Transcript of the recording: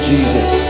Jesus